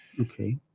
Okay